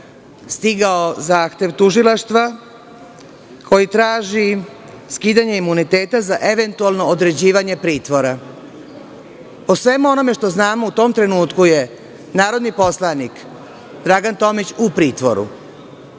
stigao zahtev Tužilaštva, koji traži skidanje imuniteta za eventualno određivanje pritvora. Po svemu onome što znamo, u tom trenutku je narodni poslanik Dragan Tomić u pritvoru.